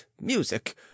music